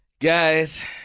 Guys